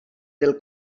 del